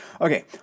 Okay